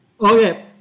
Okay